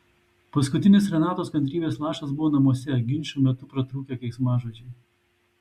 paskutinis renatos kantrybės lašas buvo namuose ginčų metu pratrūkę keiksmažodžiai